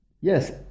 Yes